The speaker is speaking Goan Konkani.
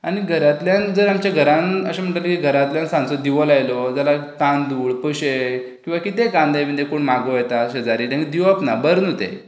आनी घरांतल्यान जर आमच्या घरान अशें म्हणटाली घरांतल्यान सांजचो दिवो लायलो जाल्यार तांदूळ पयशें किंवां कितेंय कांदे बिंदे कोण मागु येता शेजारी तेंका दिवप ना बरें न्हू ते